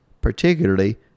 particularly